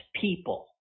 people